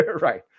Right